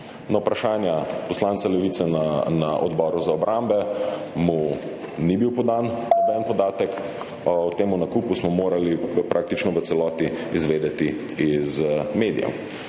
vprašanja poslanca Levice na Odboru za obrambo ni bil podan noben podatek, o tem nakupu smo morali praktično v celoti izvedeti iz medijev.